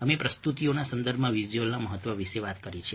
અમે પ્રસ્તુતિઓના સંદર્ભમાં વિઝ્યુઅલના મહત્વ વિશે વાત કરી છે